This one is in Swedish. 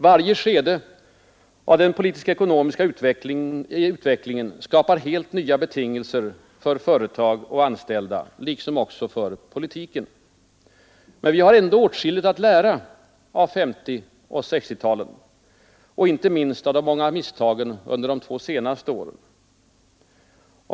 Varje skede av den politisk-ekonomiska utvecklingen skapar helt nya betingelser för företag och anställda, liksom också för politiken. Men vi har åtskilligt att lära av både 1950 och 1960-talen och inte minst av de många misstagen under de två senaste åren.